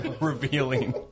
revealing